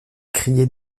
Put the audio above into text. criait